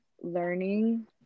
learning